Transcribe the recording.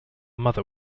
mother